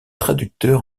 traducteur